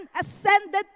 ascended